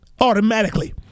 automatically